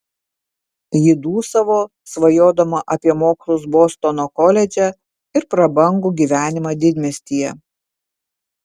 ji dūsavo svajodama apie mokslus bostono koledže ir prabangų gyvenimą didmiestyje